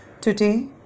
Today